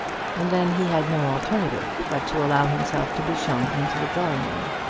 and then he had no alternative but to allow himself to be shown into the drawing-room.